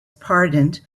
pardoned